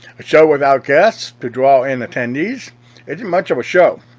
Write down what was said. a show without guests to draw in attendees isn't much of a show.